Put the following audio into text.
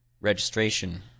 Registration